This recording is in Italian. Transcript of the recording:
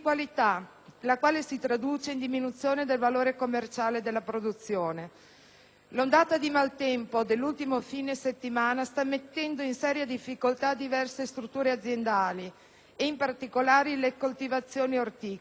cosa che si traduce in una diminuzione del valore commerciale della produzione. L'ondata di maltempo dell'ultimo fine settimana sta mettendo in serie difficoltà diverse strutture aziendali, in particolare quelle che